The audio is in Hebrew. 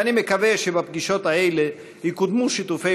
ואני מקווה שבפגישות האלה יקודמו שיתופי